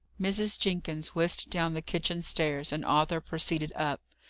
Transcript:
mrs. jenkins whisked down the kitchen stairs, and arthur proceeded up.